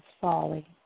folly